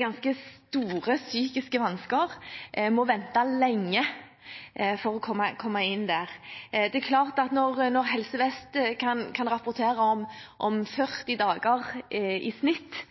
ganske store psykiske vansker må vente lenge for å komme inn. Når Helse Vest kan rapportere om 40 dager i snitt i ventetid på å komme inn